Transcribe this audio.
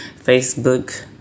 Facebook